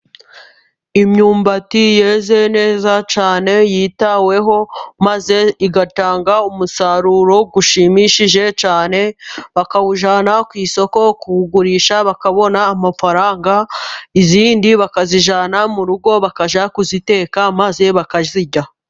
Imyumbati yeze neza cyane yitaweho, maze igatanga umusaruro ushimishije cyane, bakawujyana ku isoko, kuwugurisha bakabona amafaranga, iyindi bakazijyana mu rugo, bakajya kuyiteka maze bakayirya.